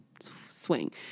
swing